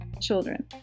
children